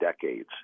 decades